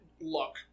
look